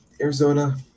Arizona